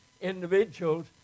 individuals